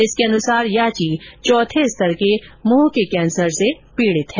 इसके अनुसार याची चौथे स्तर के मुख कैंसर से पीडित है